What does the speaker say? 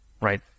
right